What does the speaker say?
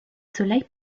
soleil